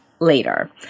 later